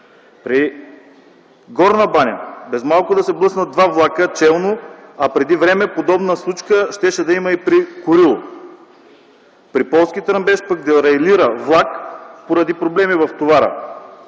При Горна Баня без малко да се блъснат челно два влака, а преди време подобна случка щеше да има и при Курило. При Полски Тръмбеш пък дерайлира влак поради проблеми в товара.